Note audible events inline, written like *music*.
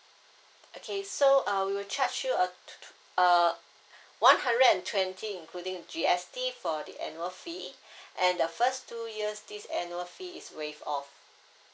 okay so uh we will charge you err t~ t~ uh one hundred and twenty including G_S_T for the annual fee *breath* and the first two years this annual fee is waived off